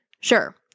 Sure